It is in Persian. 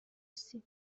رسی